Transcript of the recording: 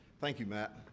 thank you, matt.